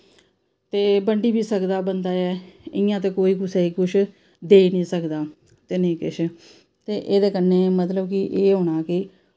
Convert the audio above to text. ते बं'ड्डी बी सकदा ऐ बंदा ऐ इ'यां तां कोई कुसै गी कुछ देई निं सकदा ते नेईं केश ते एह्दे कन्नै मतलब कि एह् होना कि